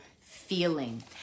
feeling